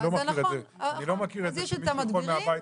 אני לא מכיר שמישהו יכול לעשות את זה מהבית.